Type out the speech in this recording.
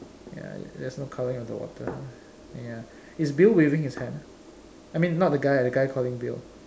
ya there's no colouring of the water ya is Bill waving his hand I mean not the guy lah the guy calling Bill